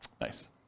Nice